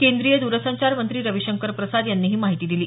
केंद्रीय द्रसंचार मंत्री रविशंकर प्रसाद यांनी ही माहिती दिली